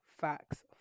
facts